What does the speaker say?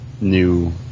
new